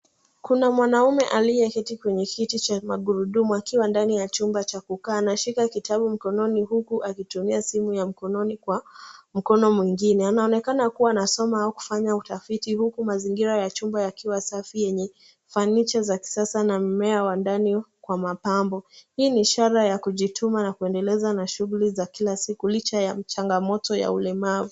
Kuna mwanaume aliyeketi kwenye kiti cha magurudumu, akiwa ndani ya chumba cha kukaa. Anashika kitabu mkononi huku akitumia simu ya mkononi kwa mkono mwingine. Anaonekana kuwa anasoma au anafanya utafiti huku mazingira ya chumba yakiwa safi yenye Fanicha za kisasa na mmea wa ndani kwa mapambo. Hii ni ishara ya kujituma na kuendeleza na shughuli za kila siku licha ya changamoto ya ulemavu.